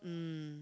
mm